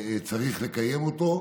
צריך לקיים אותו.